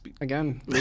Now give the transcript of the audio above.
Again